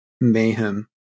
mayhem